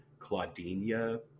Claudinia